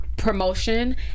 promotion